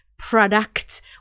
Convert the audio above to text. product